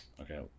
Okay